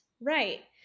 right